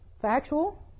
factual